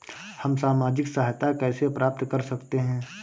हम सामाजिक सहायता कैसे प्राप्त कर सकते हैं?